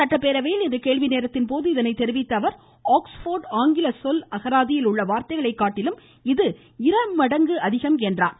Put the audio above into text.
சட்டப்பேரவையில் இன்று கேள்விநேரத்தின் போது இதை தெரிவித்த அவர் ஆக்ஸ்போர்டு ஆங்கில சொல் அகராதியில் உள்ள வார்த்தைகளை காட்டிலும் இது இருமடங்கு அதிகம் என்றார்